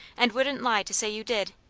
and wouldn't lie to say you did.